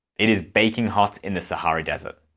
it is baking hot in the sahara desert.